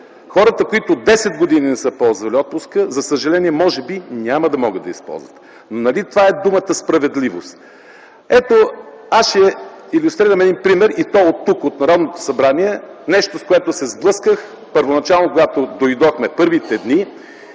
Хората, които десет години не са ползвали отпуск, за съжаление, може би няма да могат да го използват. Но нали това е думата „справедливост”? Аз ще илюстрирам с един пример, и то оттук, от Народното събрание за нещо, с което се сблъсках, когато дойдохме – първите дни,